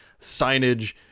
signage